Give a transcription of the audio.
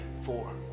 four